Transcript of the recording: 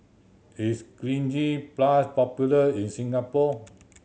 is Cleanz Plus popular in Singapore